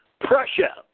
Prussia